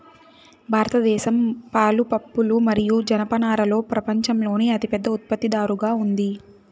భారతదేశం పాలు, పప్పులు మరియు జనపనారలో ప్రపంచంలోనే అతిపెద్ద ఉత్పత్తిదారుగా ఉంది